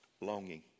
longing